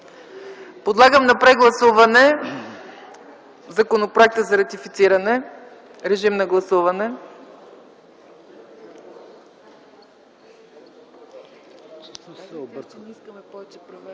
Подлагам на прегласуване Законопроекта за ратифициране. Гласували